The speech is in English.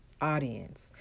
audience